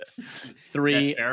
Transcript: Three